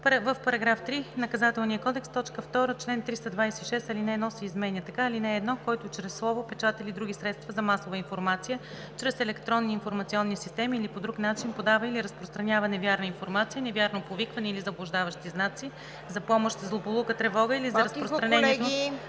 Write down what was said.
„В § 3, Наказателния кодекс, т. 2, чл. 326 ал. 1 се изменя така: „(1) Който чрез слово, печат или други средства за масова информация, чрез електронни информационни системи или по друг начин подава или разпространява невярна информация, невярно повикване или заблуждаващи знаци за помощ, злополука, тревога или за разпространението